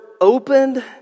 opened